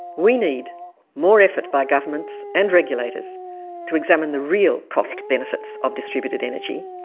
we need more effort by governments and regulators to examine the real cost benefits of distributed energy,